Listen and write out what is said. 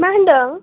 मा होनदों